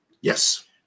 Yes